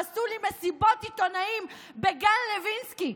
הם עשו לי מסיבות עיתונאים בגן לוינסקי,